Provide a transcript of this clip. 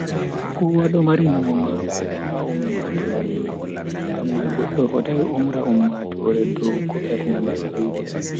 Kowa do mari numo mako ha ummatoore ngam mai goddo fotai umra ummatoore dow ko bernde mako yidi.